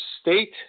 State